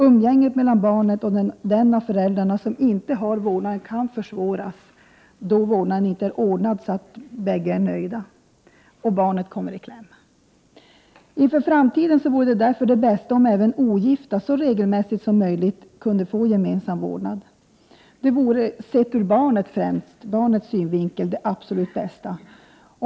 Umgänget mellan barnen och den av föräldrarna som inte har vårdnaden kan försvåras då vårdnaden inte är ordnad så att båda föräldrarna är nöjda — och barnet kommer i kläm. Inför framtiden vore därför det bästa om även ogifta så regelmässigt som möjligt kunde få gemensam vårdnad — och sett främst ur barnets synvinkel skulle det vara det absolut bästa.